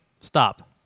Stop